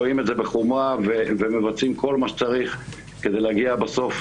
רואים את זה בחומרה ומצבעים כל מה שצריך כדי להגיע בסוף